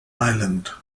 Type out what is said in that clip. island